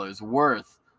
worth